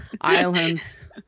Islands